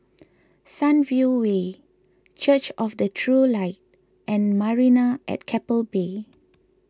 Sunview Way Church of the True Light and Marina at Keppel Bay